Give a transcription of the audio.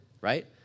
Right